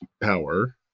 power